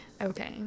Okay